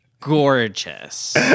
gorgeous